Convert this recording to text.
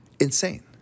Insane